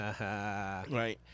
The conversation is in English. right